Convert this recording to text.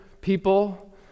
people